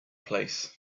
place